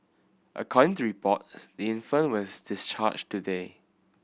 according to report infant was discharged today